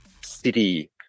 city